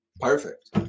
perfect